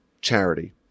charity